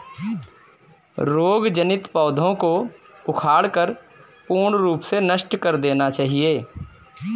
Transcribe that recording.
रोग जनित पौधों को उखाड़कर पूर्ण रूप से नष्ट कर देना चाहिये